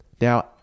Now